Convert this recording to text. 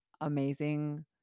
amazing